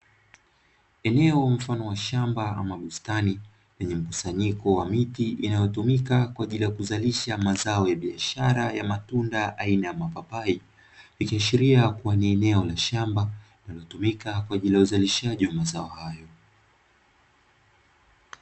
Eneo mfano wa shamba ama bustani lenye mkusanyiko wa miti inayotumika kwaajili ya kuzalisha mazao ya biashara ya matunda aina ya mapapai, ikiashiria kuwa ni eneo la shamba linalotumika kwa ajili ya uzalishaji wa mazao hayo.